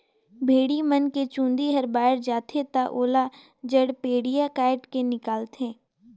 भेड़ी मन के चूंदी हर बायड जाथे त ओला जड़पेडिया कायट के निकालथे